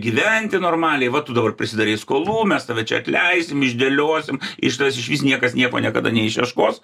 gyventi normaliai va tu dabar prisidarei skolų mes tave čia atleisim išdėliosim iš tavęs išvis niekas nieko niekada neišieškos